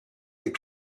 des